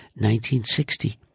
1960